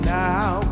now